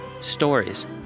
stories